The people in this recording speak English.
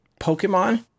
Pokemon